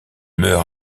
meurt